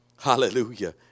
Hallelujah